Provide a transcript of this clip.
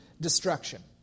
destruction